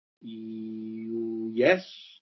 Yes